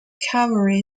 calvary